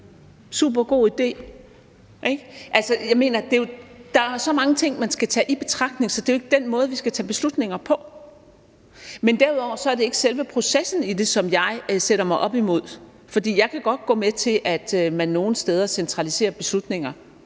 mener, der er så mange ting, man skal tage i betragtning, så det er jo ikke den måde, vi skal tage beslutninger på, men derudover er det ikke selve processen i det, som jeg sætter mig op imod, for jeg kan godt gå med til, at man nogle steder centraliserer beslutninger,